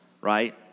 right